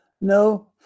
no